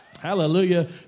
Hallelujah